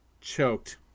choked